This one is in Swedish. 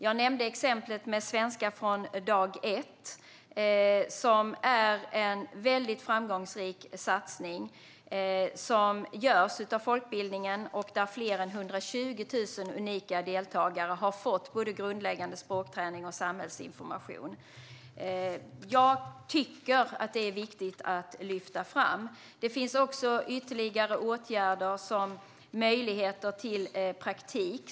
Jag nämnde exemplet Svenska från dag ett. Det är en väldigt framgångsrik satsning som görs av folkbildningen. Där har fler än 120 000 unika deltagare fått både grundläggande språkträning och samhällsinformation. Jag tycker att det är viktigt att lyfta fram det. Det finns ytterligare åtgärder, till exempel möjligheter till praktik.